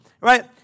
right